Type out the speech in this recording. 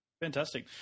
Fantastic